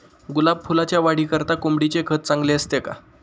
गुलाब फुलाच्या वाढीकरिता कोंबडीचे खत चांगले असते का?